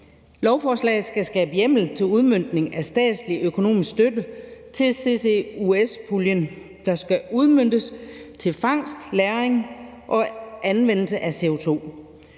Lovforslaget skal skabe hjemmel til udmøntning af statslig økonomisk støtte til CCUS-puljen, der skal udmøntes til fangst, lagring og anvendelse af CO2.